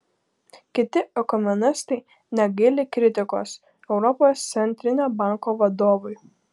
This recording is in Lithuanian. kiti ekonomistai negaili kritikos europos centrinio banko vadovui